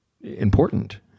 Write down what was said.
important